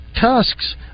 Tusk's